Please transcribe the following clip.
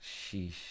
Sheesh